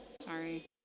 Sorry